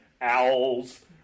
owls